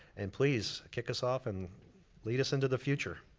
and please kick us off and lead us into the future.